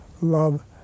love